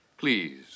Please